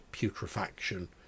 putrefaction